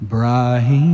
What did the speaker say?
Bright